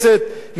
מישהו מכאן,